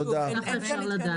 אפשר לדעת.